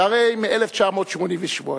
שהרי מ-1988,